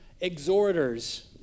exhorters